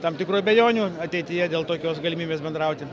tam tikrų abejonių ateityje dėl tokios galimybės bendrauti